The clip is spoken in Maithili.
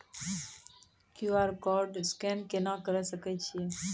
क्यू.आर कोड स्कैन केना करै सकय छियै?